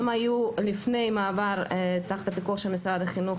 הם היו לפני מעבר תחת פיקוח של משרד החינוך,